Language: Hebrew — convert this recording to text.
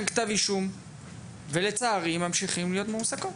כתב אישום ולצערי ממשיכות להיות מועסקות.